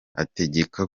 ategeka